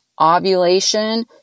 Ovulation